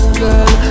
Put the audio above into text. girl